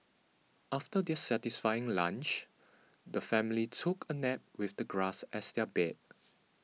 after their satisfying lunch the family took a nap with the grass as their bed